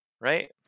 right